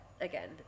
again